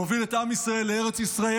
הוא מוביל את עם ישראל לארץ ישראל,